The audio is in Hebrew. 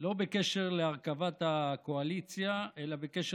שלא בקשר להרכבת הקואליציה אלא בקשר